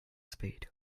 speed